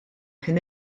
kien